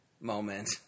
moment